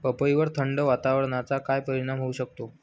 पपईवर थंड वातावरणाचा काय परिणाम होऊ शकतो?